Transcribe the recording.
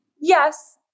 yes